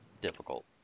difficult